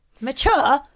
Mature